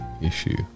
issue